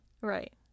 Right